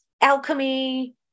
alchemy